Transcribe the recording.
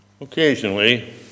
Occasionally